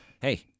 Hey